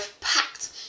packed